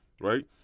right